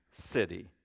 city